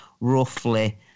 roughly